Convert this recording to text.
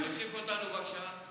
להוסיף אותנו, בבקשה.